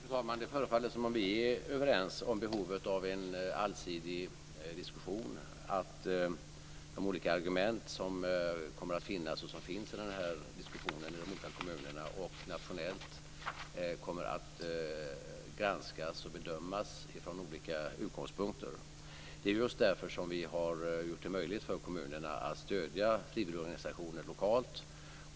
Fru talman! Det förefaller som om vi är överens om behovet av en allsidig diskussion. De olika argument som kommer att finnas och som finns i den här diskussionen i de olika kommunerna och nationellt kommer att granskas och bedömas från olika utgångspunkter. Det är just därför som vi har gjort det möjligt för kommunerna att stödja frivilligorganisationer lokalt.